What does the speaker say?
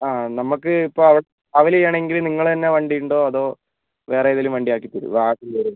ആ നമ്മൾക്ക് ഇപ്പോൾ അവിടെ ട്രാവൽ ചെയ്യുകയാണെങ്കിൽ നിങ്ങളുടെതന്നെ വണ്ടിയുണ്ടോ അതോ വേറെ ഏതെങ്കിലും വണ്ടി ആക്കിത്തരുമോ